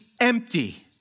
empty